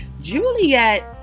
Juliet